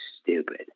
stupid